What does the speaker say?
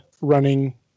running